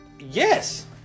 Yes